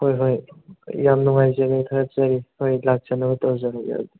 ꯍꯣꯏ ꯍꯣꯏ ꯌꯥꯝ ꯅꯨꯡꯉꯥꯏꯖꯔꯦ ꯊꯥꯒꯠꯆꯔꯤ ꯑꯩ ꯂꯥꯛꯆꯅꯕ ꯇꯧꯖꯔꯒꯦ